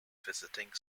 visiting